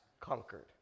conquered